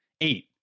eight